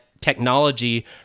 Technology